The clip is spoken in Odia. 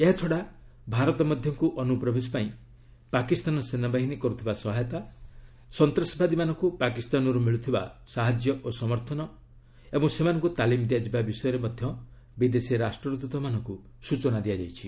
ଏହାଛଡ଼ା ଭାରତ ମଧ୍ୟକୁ ଅନୁପ୍ରବେଶ ପାଇଁ ପାକିସ୍ତାନ ସେନାବାହିନୀ କରୁଥିବା ସହାୟତା ସନ୍ତାସବାଦୀମାନଙ୍କୁ ପାକିସ୍ତାନରୁ ମିଳୁଥିବା ସମର୍ଥନ ଓ ସେମାନଙ୍କୁ ତାଲିମ ଦିଆଯିବା ବିଷୟରେ ମଧ୍ୟ ବିଦେଶୀ ରାଷ୍ଟ୍ରଦୂତମାନଙ୍କୁ ସୂଚନା ଦିଆଯାଇଛି